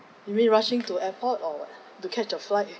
you mean rushing to airport or what to catch a flight